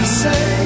say